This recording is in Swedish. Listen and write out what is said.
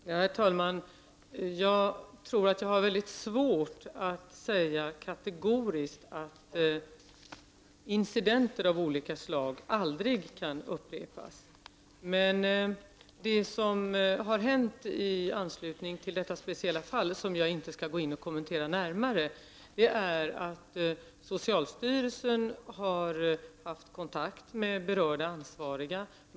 Herr talman! Jag har svårt att säga kategoriskt att incidenter av olika slag aldrig kan upprepas. Men det som har hänt i detta speciella fall och som jag inte skall kommentera närmare är att socialstyrelsen har haft kontakt med berörda ansvariga.